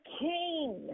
king